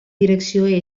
direcció